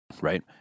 Right